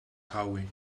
howie